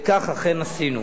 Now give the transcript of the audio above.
וכך אכן עשינו.